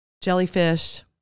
Jellyfish